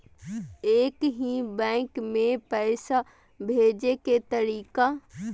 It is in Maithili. एक ही बैंक मे पैसा भेजे के तरीका?